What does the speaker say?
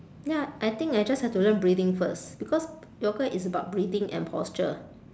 ya I think I just have to learn breathing first because yoga is about breathing and posture